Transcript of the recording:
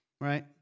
right